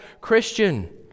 Christian